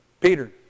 Peter